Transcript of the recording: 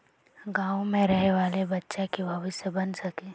गाँव में रहे वाले बच्चा की भविष्य बन सके?